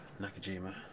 Nakajima